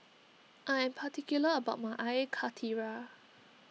I am particular about my Air Karthira